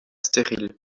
stérile